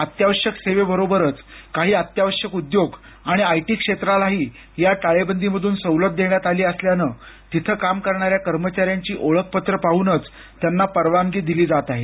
अत्यावश्यक सेवेबरोबरच काही अत्यावश्यक उद्योग आणि आय टी क्षेत्रालाही या टाळे बंदीमधून सवलत देण्यात आली असल्यानं तिथं काम करणाऱ्या कर्मचाऱ्यांची ओळखपत्र पाहून त्यांना परवानगी दिली जात आहे